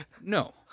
No